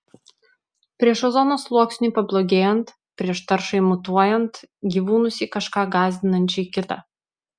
prieš ozono sluoksniui pablogėjant prieš taršai mutuojant gyvūnus į kažką gąsdinančiai kitą